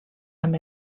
amb